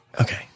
okay